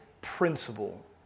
principle